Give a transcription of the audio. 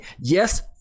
yes